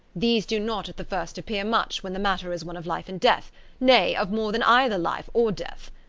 these do not at the first appear much, when the matter is one of life and death nay of more than either life or death.